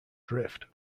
drift